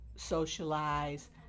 socialize